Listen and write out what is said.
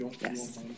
Yes